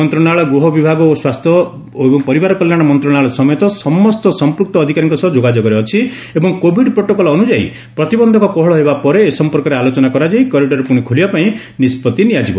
ମନ୍ତ୍ରଣାଳୟ ଗୃହ ବିଭାଗ ଓ ସ୍ୱାସ୍ଥ୍ୟ ଏବଂ ପରିବାର କଲ୍ୟାଣ ମନ୍ତ୍ରଣାଳୟ ସମେତ ସମସ୍ତ ସମ୍ପୃକ୍ତ ଅଧିକାରୀଙ୍କ ସହ ଯୋଗାଯୋଗରେ ଅଛି ଏବଂ କୋଭିଡ୍ ପ୍ରୋଟେକଲ ଅନୁଯାୟୀ ପ୍ରତିବନ୍ଧକ କୋହଳ ହେବା ପରେ ଏ ସମ୍ପର୍କରେ ଆଲୋଚନା କରାଯାଇ କରିଡର ପୁଣି ଖୋଲିବା ପାଇଁ ନିଷ୍କଭି ନିଆଯିବ